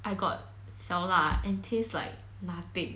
I got 小辣 and it taste like nothing